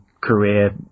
career